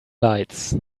lights